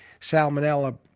salmonella